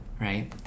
right